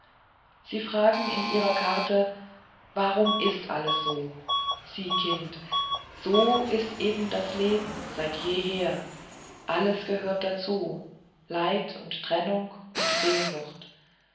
sie fragen in ihrer karte warum ist alles so sie kind so ist eben das leben seit jeher alles gehört dazu leid und trennung und sehnsucht